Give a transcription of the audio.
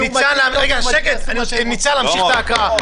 נמשיך בהקראה